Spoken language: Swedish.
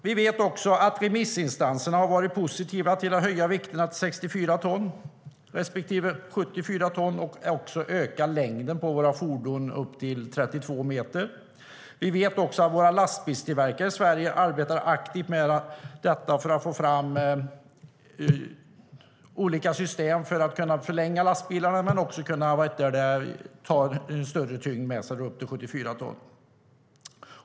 Vi vet också att remissinstanserna har varit positiva till att höja vikterna till 64 ton respektive 74 ton och även öka längden på våra fordon upp till 32 meter. Våra lastbilstillverkare i Sverige arbetar aktivt med att få fram olika system för att kunna förlänga lastbilarna och öka vikten till 74 ton.